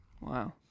wow